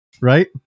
right